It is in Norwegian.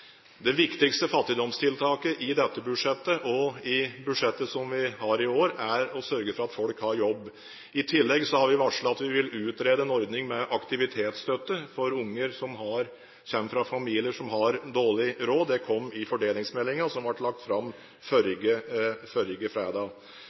Det viktigste fattigdomstiltaket i dette budsjettet og i det budsjettet som vi har i år, er å sørge for at folk har jobb. I tillegg har vi varslet at vi vil utrede en ordning med aktivitetsstøtte for unger som kommer fra familier som har dårlig råd. Det kom i fordelingsmeldingen, som ble lagt fram